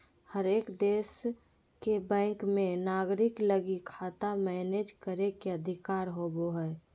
हरेक देश के बैंक मे नागरिक लगी खाता मैनेज करे के अधिकार होवो हय